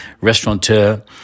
restaurateur